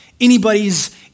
anybody's